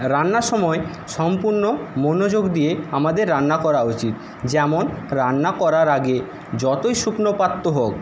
রান্নার সময় সম্পূর্ণ মনোযোগ দিয়ে আমাদের রান্না করা উচিত যেমন রান্না করার আগে যতই শুকনো পাত্র হোক